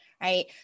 right